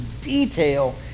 detail